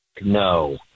No